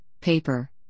Paper